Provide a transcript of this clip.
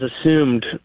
assumed